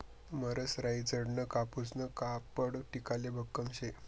मरसराईजडं कापूसनं कापड टिकाले भक्कम शे